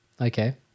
Okay